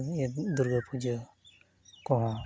ᱫᱩᱨᱜᱟᱹ ᱯᱩᱡᱟᱹ ᱠᱚᱦᱚᱸ